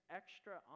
extra